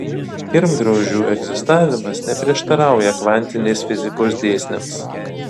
kirmgraužų egzistavimas neprieštarauja kvantinės fizikos dėsniams